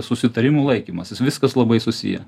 susitarimų laikymasis viskas labai susiję